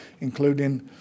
including